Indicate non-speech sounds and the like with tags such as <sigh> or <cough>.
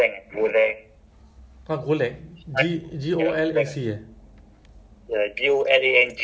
but it's um the pace is what like dia ikut <noise> which um which language